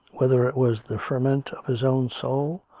whether it was the ferment of his own soul,